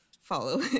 follow